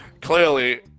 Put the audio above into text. clearly